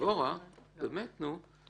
ואו, דבורה, באמת, נו.